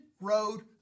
road